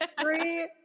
Three